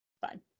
Fine